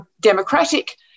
democratic